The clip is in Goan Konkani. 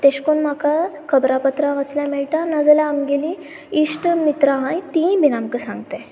तशें करून म्हाका खबरापत्रां वाचल्या मेळटा नाजाल्यार आमगेलीं इश्ट मित्रां आसा तींय बीन आमकां सांगताय